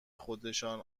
خودشان